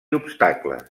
obstacles